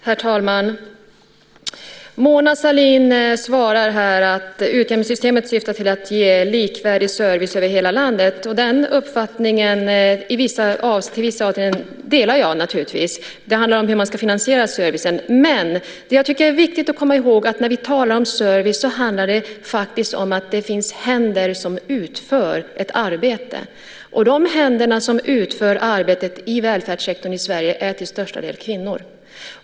Herr talman! Mona Sahlin svarar att utjämningssystemet syftar till att ge likvärdig service över hela landet. Den uppfattningen delar jag naturligtvis i vissa avseenden. Det handlar om hur man ska finansiera servicen. Men jag tycker att det är viktigt att komma ihåg att när vi talar om service handlar det faktiskt om att det finns händer som utför ett arbete. De händer som utför arbetet i välfärdssektorn i Sverige är till största delen kvinnors.